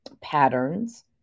patterns